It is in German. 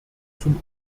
zum